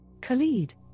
Khalid